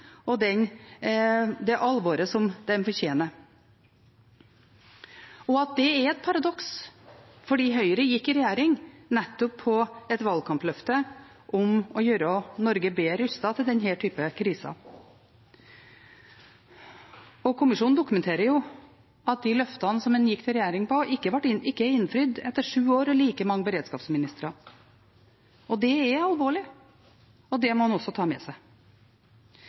den oppmerksomheten og det alvoret som det fortjener. Det er et paradoks fordi Høyre gikk i regjering nettopp på et valgkampløfte om å gjøre Norge bedre rustet til denne typen kriser. Kommisjonen dokumenterer at de løftene som en gikk til regjering på, ikke er innfridd etter sju år og like mange beredskapsministre. Det er alvorlig, og det må en også ta med seg.